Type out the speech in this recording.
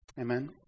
Amen